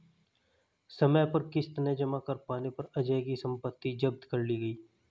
समय पर किश्त न जमा कर पाने पर अजय की सम्पत्ति जब्त कर ली गई